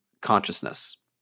consciousness